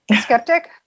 Skeptic